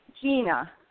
Gina